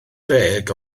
deg